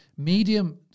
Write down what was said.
Medium